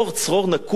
צרור נקוב.